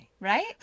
Right